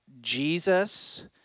Jesus